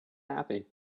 happy